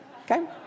Okay